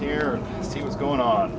here see what's going on